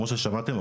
כמו ששמעתם.